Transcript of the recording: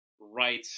right